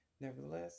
Nevertheless